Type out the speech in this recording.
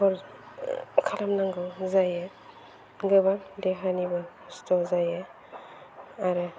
हर खालामनांगौ जायो गोबां देहानिबो खस्थ' जायो आरो